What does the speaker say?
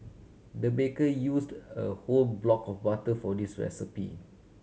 the baker used a whole block of butter for this recipe